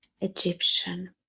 Egyptian